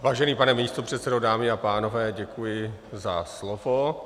Vážený pane místopředsedo, dámy a pánové, děkuji za slovo.